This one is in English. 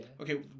Okay